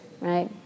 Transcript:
right